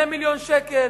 2 מיליוני שקל,